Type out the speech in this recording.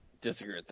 disagree